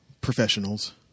professionals